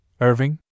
Irving